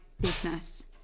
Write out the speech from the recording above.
business